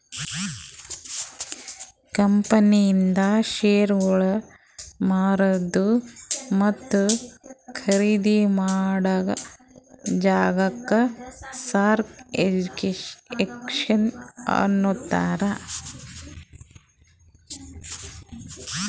ಕಂಪನಿದು ಶೇರ್ಗೊಳ್ ಮಾರದು ಮತ್ತ ಖರ್ದಿ ಮಾಡಾ ಜಾಗಾಕ್ ಸ್ಟಾಕ್ ಎಕ್ಸ್ಚೇಂಜ್ ಅಂತಾರ್